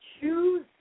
Choose